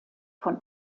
von